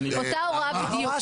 אותה הוראה בדיוק.